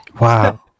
wow